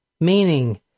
meaning